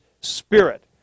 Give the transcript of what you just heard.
Spirit